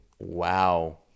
Wow